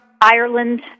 Ireland